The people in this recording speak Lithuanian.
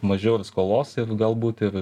mažiau ir skolos ir galbūt ir